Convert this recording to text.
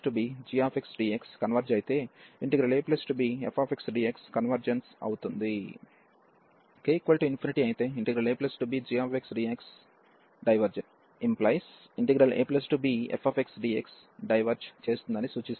k∞ అయితే abgxdxదైవర్జెన్స్ ⟹abfxdxడైవెర్జ్ చేస్తుందని సూచిస్తుంది